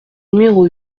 numéro